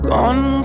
Gone